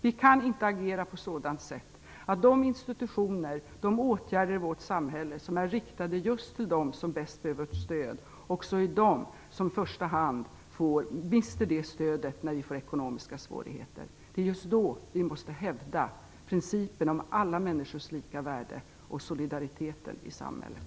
Vi kan inte agera på ett sådant sätt att de institutioner som i vårt samhälle svarar för åtgärder riktade just till dem som bäst behöver stöd också är de som i första hand mister vårt stöd när det blir ekonomiska svårigheter. Det är just då vi måste hävda principen om alla människors lika värde och solidariteten i samhället.